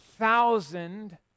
thousand